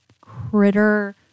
critter